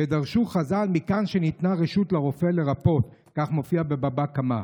ודרשו חז"ל "מכאן שניתנה רשות לרופא לרפאות" כך מופיע בבבא קמא,